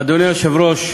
אדוני היושב-ראש,